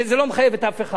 זה לא מחייב את אף אחד.